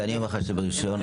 אני אומר לך שאין,